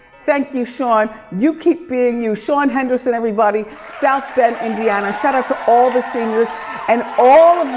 thank you, shawn. you keep being you. shawn henderson everybody, south bend, indiana. shout out to all the seniors and all